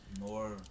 More